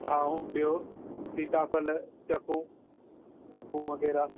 हा ऐं ॿियो सीताफल चकूं चकूं वग़ैरह